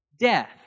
death